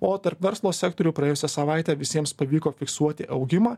o tarp verslo sektorių praėjusią savaitę visiems pavyko fiksuoti augimą